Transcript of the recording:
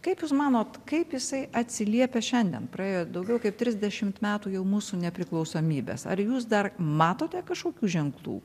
kaip jūs manot kaip jisai atsiliepia šiandien praėjo daugiau kaip trisdešimt metų jau mūsų nepriklausomybės ar jūs dar matote kažkokių ženklų